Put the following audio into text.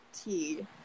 tea